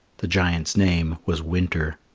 the giant's name was winter.